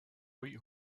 white